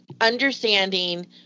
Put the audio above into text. understanding